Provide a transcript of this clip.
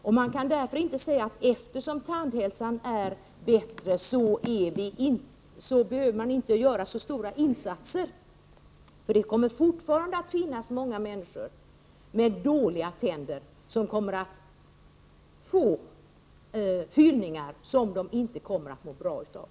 Därför kan man inte säga att det inte behövs så stora insatser eftersom tandhälsan är bättre. Det kommer fortfarande att finnas många människor med dåliga tänder som får tandfyllningar de inte mår bra av.